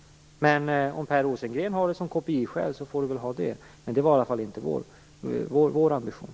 Om Per Rosengren har ett KPI-mål får han ha det, men det var i alla fall inte vår ambition.